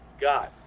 god